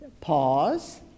pause